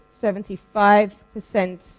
75%